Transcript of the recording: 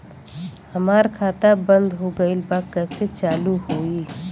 हमार खाता बंद हो गईल बा कैसे चालू होई?